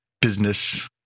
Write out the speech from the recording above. business